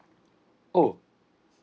oh